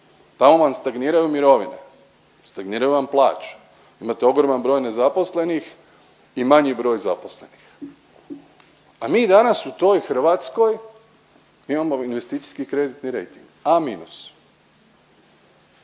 Tamo vam stagniraju mirovine, stagniraju vam plaće, imate ogroman broj nezaposlenih i manji broj zaposlenih, a mi danas u toj Hrvatskoj imamo investicijski kreditni rejting A-.